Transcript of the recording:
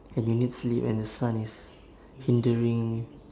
and you need sleep and the sun is hindering